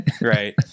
right